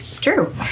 true